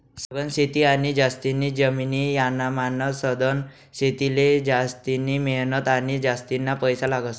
सघन शेती आणि जास्तीनी जमीन यानामान सधन शेतीले जास्तिनी मेहनत आणि जास्तीना पैसा लागस